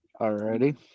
Alrighty